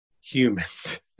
humans